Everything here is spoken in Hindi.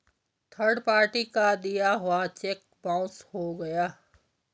थर्ड पार्टी का दिया हुआ चेक बाउंस हो गया